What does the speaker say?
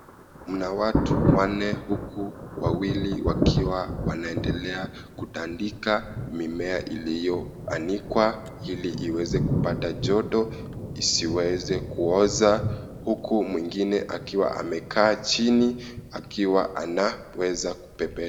Mna watu wanne huku wawili wakiwa wanaendelea kutandika mimea iliyoanikwa ili iweze kupata joto isiweze kuoza, huku mwingine akiwa amekaa chini, akiwa anaeza kupepeta.